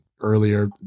earlier